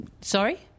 Sorry